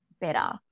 better